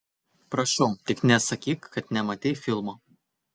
prašau tik nesakyk kad nematei filmo